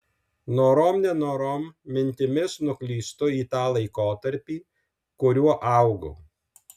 norom nenorom mintimis nuklystu į tą laikotarpį kuriuo augau